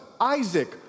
Isaac